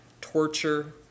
torture